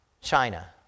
China